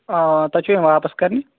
آ تۄہہِ چھَو یِم واپَس کَرنہِ